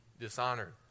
dishonored